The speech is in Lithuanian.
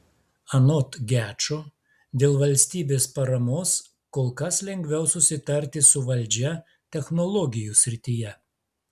anot gečo dėl valstybės paramos kol kas lengviau susitarti su valdžia technologijų srityje